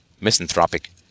misanthropic